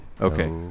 Okay